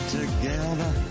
together